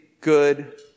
good